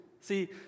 See